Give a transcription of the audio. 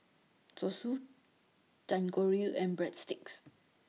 Zosui Dangojiru and Breadsticks